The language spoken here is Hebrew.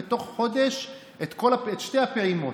בתוך חודש את שתי הפעימות.